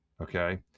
okay